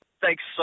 Thanks